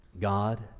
God